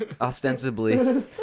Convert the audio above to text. Ostensibly